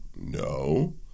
No